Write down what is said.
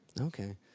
Okay